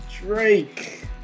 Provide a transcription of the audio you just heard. Drake